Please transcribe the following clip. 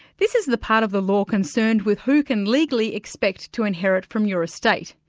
this is the part of the law concerned with who can legally expect to inherit from your estate.